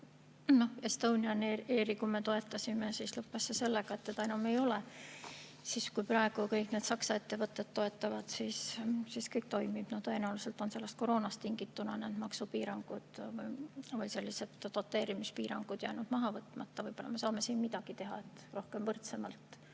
see sellega, et teda enam ei ole. Aga kui praegu kõiki neid Saksa ettevõtteid toetatakse, siis kõik toimib. Tõenäoliselt on koroonast tingitud maksupiirangud või sellised doteerimispiirangud jäänud maha võtmata. Võib-olla me saame siin midagi teha, et rohkem võrdsemalt